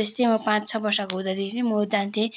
त्यस्तै म पाँच छ वर्षको हुँदादेखि नै म जान्थेँ